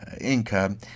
income